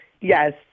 yes